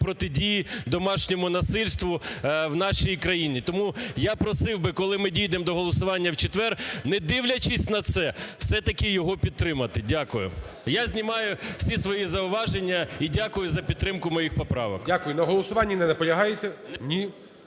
протидії домашньому насильству в нашій країні. Тому я просив би, коли ми дійдемо до голосування в четвер, не дивлячись на це, все-таки його підтримати. Дякую. Я знімаю всі свої зауваження і дякую за підтримку моїх поправок. ГОЛОВУЮЧИЙ. Дякую. На голосуванні не наполягаєте? Ні.